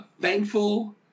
thankful